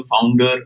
founder